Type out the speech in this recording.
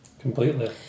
Completely